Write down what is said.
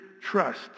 trust